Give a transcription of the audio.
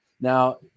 Now